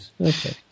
Okay